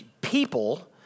people